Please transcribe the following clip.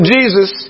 Jesus